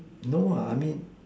no I mean